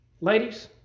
Ladies